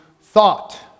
thought